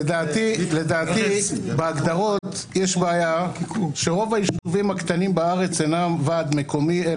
לדעתי בהגדרות יש בעיה שרוב היישובים הקטנים בארץ אינם ועד מקומי,